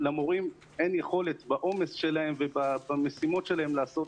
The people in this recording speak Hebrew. למורים אין יכולת בעומס שלהם ובמשימות שלהם לעשות